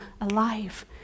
alive